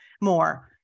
more